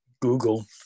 Google